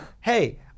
hey